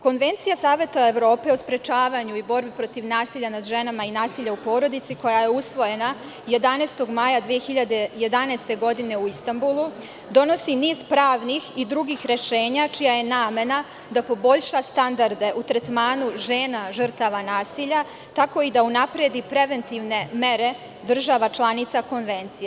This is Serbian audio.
Konvencija Saveta Evrope o sprečavanju i borbi protiv nasilja nad ženama i nasilja u porodici, koja je usvojena 11. maja 2011. godine u Istanbulu, donosi niz pravnih i drugih rešenja čija je namena da poboljša standarde u tretmanu žena žrtava nasilja, tako i da unapredi preventivne mere država članica konvencije.